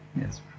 Yes